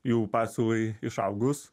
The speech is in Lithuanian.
jų pasiūlai išaugus